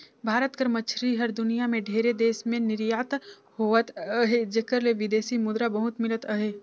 भारत कर मछरी हर दुनियां में ढेरे देस में निरयात होवत अहे जेकर ले बिदेसी मुद्रा बहुत मिलत अहे